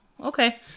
Okay